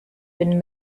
been